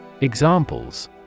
Examples